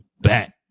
back